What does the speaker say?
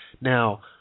now